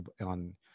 on